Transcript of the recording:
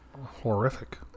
horrific